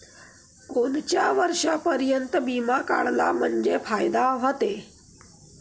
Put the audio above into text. कोनच्या वर्षापर्यंत बिमा काढला म्हंजे फायदा व्हते?